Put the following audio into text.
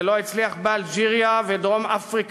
זה לא הצליח באלג'יריה ובדרום-אפריקה,